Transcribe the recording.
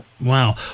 Wow